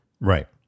Right